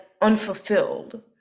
unfulfilled